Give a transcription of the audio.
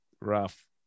Rough